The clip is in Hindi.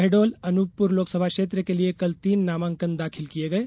शहडोल अनूपपुर लोकसभा क्षेत्र के लिये कल तीन नामांकन दाखिल किये गये